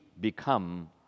become